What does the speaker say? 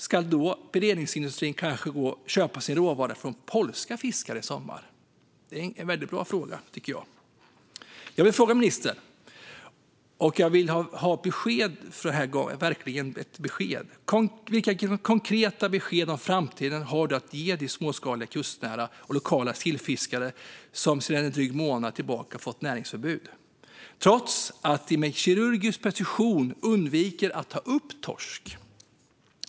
Ska beredningsindustrin kanske köpa sin råvara från polska fiskare i sommar? Det är en väldigt bra fråga, tycker jag. Jag vill fråga ministern och verkligen ha ett besked: Vilka konkreta besked om framtiden har ministern att ge de småskaliga, kustnära och lokala sillfiskare som sedan en dryg månad tillbaka har fått näringsförbud, trots att de med kirurgisk precision undviker att ta upp torsk?